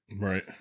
Right